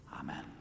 Amen